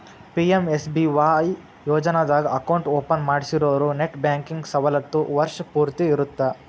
PMSBY ಯೋಜನಾದಾಗ account open ಮಾಡ್ಸಿರೋರು net banking ಸವಲತ್ತು ವರ್ಷ್ ಪೂರ್ತಿ ಇರತ್ತ